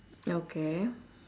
okay